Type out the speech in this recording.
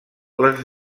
les